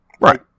Right